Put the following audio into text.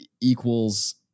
equals